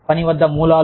పని వద్ద మూలాలు